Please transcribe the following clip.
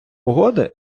угоди